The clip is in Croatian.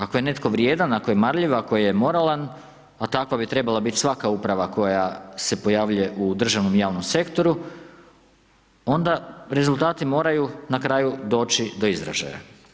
Ako je netko vrijedan, ako je marljiv, ako je moralan, a takva bi trebala biti svaka uprava koja se pojavljuje u državnom i javnom sektoru, onda rezultati moraju na kraju doći do izražaja.